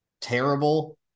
terrible